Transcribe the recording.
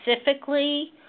specifically